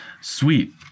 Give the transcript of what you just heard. Sweet